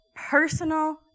Personal